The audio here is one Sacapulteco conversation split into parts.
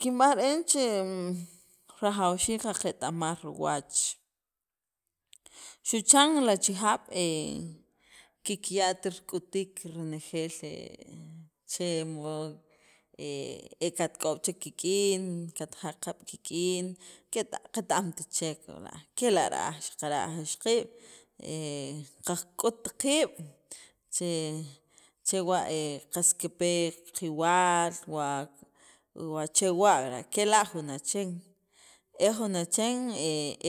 kinb'aj re'en che rajawxiik qaqeta'maj riwach, xu' chan li achejaaab' kikya't rik'utiik renejeel che mod e katk'ob' chek kik'in katjaqab' kik'in qet- amt chek verdad kela' ra'aj xaqara' aj ixaqiib' qak'ut qiib' che chewa' qas kipe kiwaal wa wa chewa' kela' jun achen, e jun achen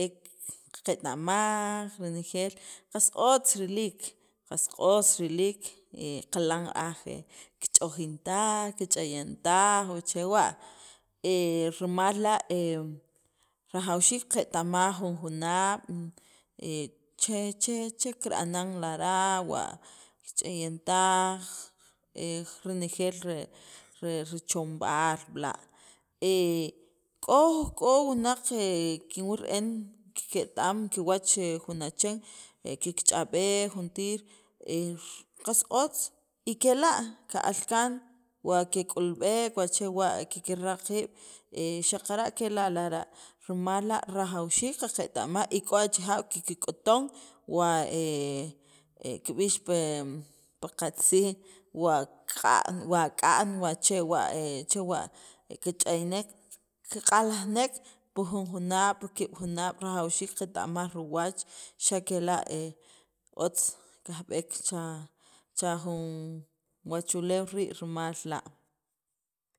ki qeta'maj renejeel qas otz riliik qas q'os riliik qilan ra'an kich'ojin taj kich'ayan taj o o chewa' rimal la' rajawxiik qaqeta'maj jun junaab' che che kira'nan lara' wa kich'eyan taj renejeel re richomb'aal b'la' k'o k'o wunaq kinwil re'en ket- am kiwach jun achen kikch'ab'ej juntir qas otz y kela' ka'al kaan wa kek'ulb'ek wa chewa' kikraq qiib' xaqara' kela' lara' rimal la' rjawxiik qaqewta'maj y k'o achejaab' kikk'uton wa kib'ix pi qatziij wa k'a'n wa k'a'n wa chewa' chewa' kich'aynek kiq'aljinek pi jun junaab' pi ki'ab' junaab' xa' kela' otz kajb'eek cha cha jun wachuleew rii' rima la'